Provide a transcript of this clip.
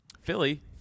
Philly